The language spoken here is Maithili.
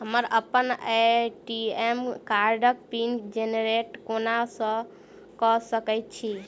हम अप्पन ए.टी.एम कार्डक पिन जेनरेट कोना कऽ सकैत छी?